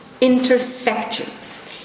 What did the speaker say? intersections